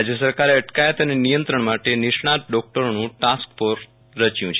રાજ્ય સરકારે અટકાયત અને નિયંત્રણ માટે નિષ્ણાત ડોકટરોનું ટાસ્ક ફોર્સ રચ્યું છે